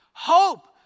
Hope